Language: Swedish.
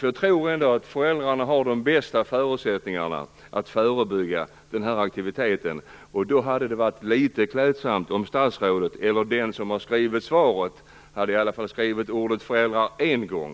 Jag tror nämligen att föräldrarna har de bästa förutsättningarna för att förebygga sådan här aktivitet. Det hade varit litet klädsamt om statsrådet, eller den som har skrivit svaret, hade skrivit ordet "föräldrar" åtminstone en gång.